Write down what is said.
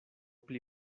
pli